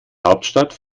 hauptstadt